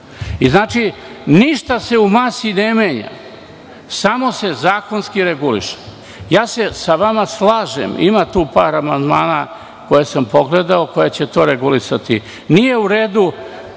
Znači, ništa se u masi ne menja, samo se zakonski reguliše. Slažem se sa vama, ima tu par amandmana koje sam pogledao, koji će to regulisati. Nije u redu